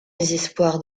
désespoir